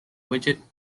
widget